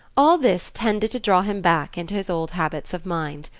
all this tended to draw him back into his old habits of mind.